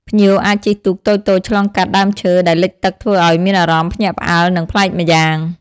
ភ្ញៀវអាចជិះទូកតូចៗឆ្លងកាត់ដើមឈើដែលលិចទឹកធ្វើអោយមានអារម្មណ៍ភ្ញាក់ផ្អើល និងប្លែកម្យ៉ាង។